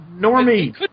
Normie